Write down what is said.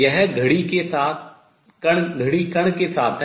यह घड़ी कण के साथ है